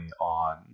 on